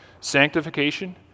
sanctification